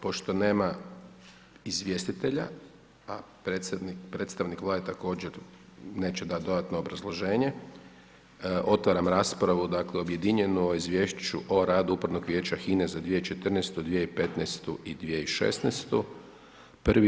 Pošto nema izvjestitelja, a predstavnik Vlade također neće dati dodatno obrazloženje, otvaram raspravu, dakle objedinjenu o izvješću o radu Upravnog vijeća HINA-e za 2014., 2015. i 2016. godine.